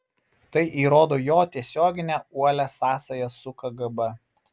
tai įrodo jo tiesioginę uolią sąsają su kgb